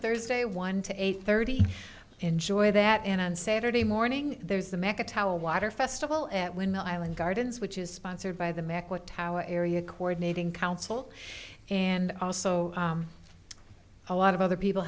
thursday one to eight thirty enjoy that and on saturday morning there's the mecca towel water festival at windmill island gardens which is sponsored by the mc what tower area coordinating council and also a lot of other people